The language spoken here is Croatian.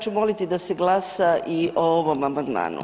Ja ću moliti da se glasa i o ovom amandmanu.